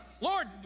Lord